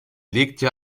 legte